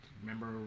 remember